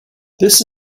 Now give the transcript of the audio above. this